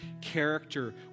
character